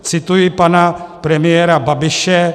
Cituji pana premiéra Babiše.